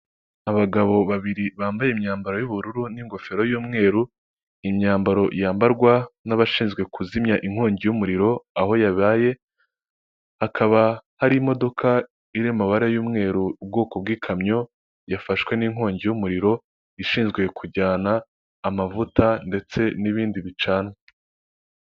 Abagabo babiri bambaye imyambaro y'ubururu n'ingofero y'umweru imyambaro yambarwa n'abashinzwe kuzimya inkongi y'umuriro aho yabaye, hakaba hari imodoka iri mu mabara y'umweru yubwoko bw'ikamyo yafashwe n'inkongi y'umuriro ishinzwe kujyana amavuta ndetse n'ibindi bicanwa.